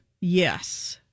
Yes